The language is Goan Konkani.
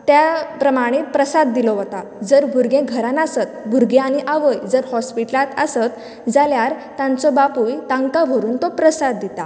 त्या प्रमाणे प्रसाद दिलो वता जर भुरगें घरांन आसत आनी आवय हॉस्पीटलांत आसता जाल्यार तांचो बापूय तांका व्हरुन तो प्रासद दिता